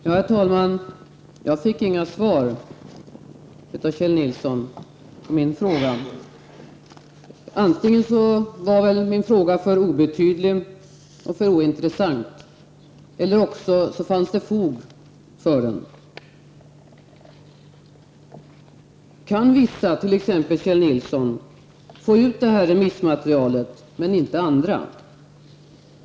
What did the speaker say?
Herr talman! Jag fick inget svar av Kjell Nilsson på min fråga. Antingen var min fråga för obetydlig och för ointressant eller så fanns det fog för den. Kan vissa, t.ex. Kjell Nilsson, få ut detta remissmaterial, men inte andra?